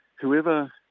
whoever